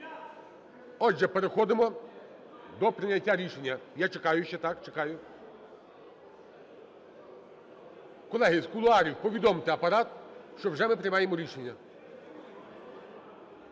Отже, переходимо до прийняття рішення. Я чекаю ще, так, чекаю. Колеги з кулуарів! Повідомте, Апарат, що вже ми приймаємо рішення.